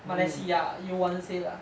马来西亚 you want to say lah